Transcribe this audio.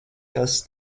kas